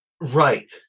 Right